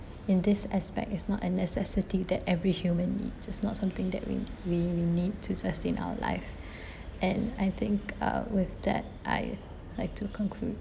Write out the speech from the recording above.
in this aspect it's not a necessity that every human needs it's not something that we we we need to sustain our life and I think uh with that I like to conclude